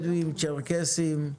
בדואים, צ'רקסים,